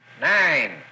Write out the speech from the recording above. Nine